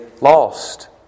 lost